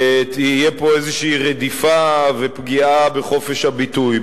תהיה פה איזושהי רדיפה ופגיעה בחופש הביטוי.